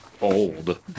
old